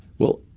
well,